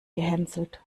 gehänselt